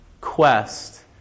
quest